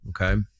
okay